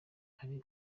ari